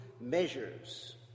measures